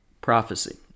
prophecy